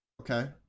okay